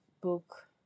book